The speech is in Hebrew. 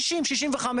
בן שישים או שישים וחמש.